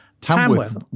Tamworth